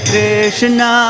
Krishna